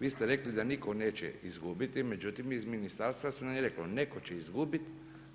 Vi ste rekli da nitko neće izgubiti, međutim iz ministarstva nam je reklo netko će izgubit,